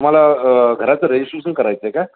तुम्हाला घराचं रेजिस्ट्रेशन करायचं आहे का